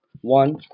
One